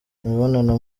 imibonano